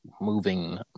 moving